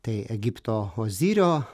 tai egipto ozirio